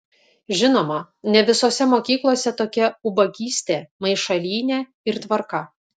žinoma ne visose mokyklose tokia ubagystė maišalynė ir tvarka